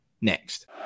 next